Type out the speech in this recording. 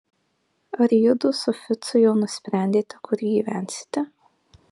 ar judu su ficu jau nusprendėte kur gyvensite